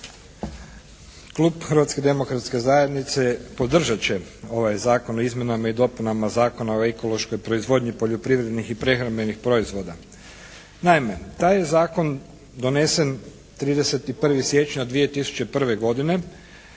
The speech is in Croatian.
zajednice podržat će ovaj Zakon o izmjenama i dopunama Zakona o ekološkoj proizvodnji poljoprivrednih i prehrambenih proizvoda. Naime, taj je zakon donesen 31. siječnja 2001. godine